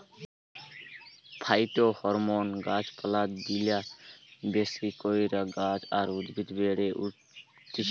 phytohormone গাছ পালায় দিলা বেশি কইরা গাছ আর উদ্ভিদ বেড়ে উঠতিছে